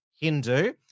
Hindu